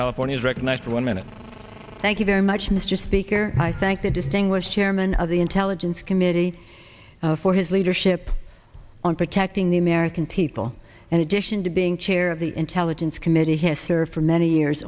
california is recognized for one minute thank you very much mr speaker i thank the distinguished chairman of the intelligence committee for his leadership on protecting the american people and addition to being chair of the intelligence committee has served for many years